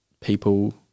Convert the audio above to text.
people